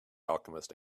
alchemist